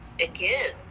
again